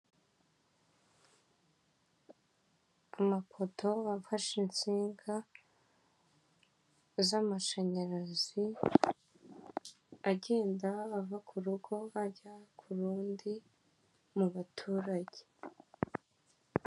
Amapoto afashe insinga z'amashanyarazi agenda ava ku rugo ajya ku rundi mu baturage.